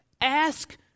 ask